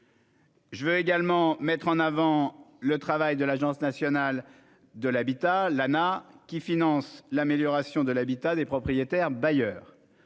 Je veux également mettre en avant le travail de l'Agence nationale de l'habitat (Anah), qui finance l'amélioration de l'habitat des propriétaires bailleurs.